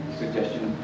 suggestion